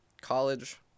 college